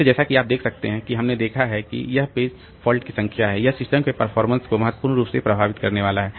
इसलिए जैसा कि आप देख सकते हैं कि हमने देखा है कि यह पेज फाल्ट की संख्या है यह सिस्टम के परफॉर्मेंस को महत्वपूर्ण रूप से प्रभावित करने वाला है